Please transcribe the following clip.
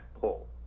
pull